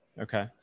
okay